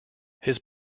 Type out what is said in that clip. his